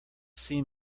seam